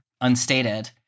unstated